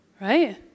Right